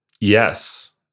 Yes